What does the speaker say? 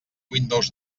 windows